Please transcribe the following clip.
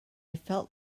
felt